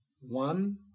one